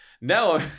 Now